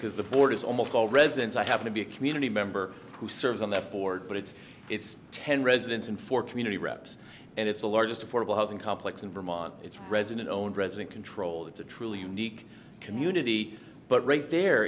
because the board is almost all residents i happen to be a community member who serves on that board but it's it's ten residents and four community reps and it's the largest affordable housing complex in vermont it's resident owned resident control it's a truly unique community but right there